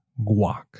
guac